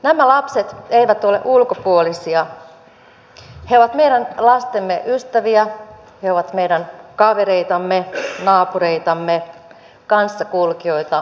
nämä lapset eivät ole ulkopuolisia he ovat meidän lastemme ystäviä he ovat meidän kavereitamme naapureitamme kanssakulkijoita lähimmäisiä